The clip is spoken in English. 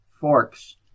forks